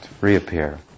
reappear